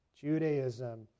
Judaism